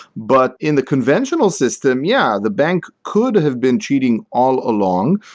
but in the conventional system, yeah, the bank could have been cheating all along,